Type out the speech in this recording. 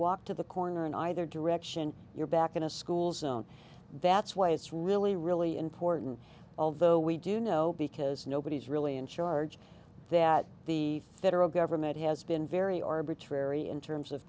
walk to the corner in either direction you're back in a school zone that's why it's really really important although we do know because nobody's really in charge that the federal government has been very arbitrary in terms of